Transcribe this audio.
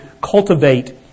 cultivate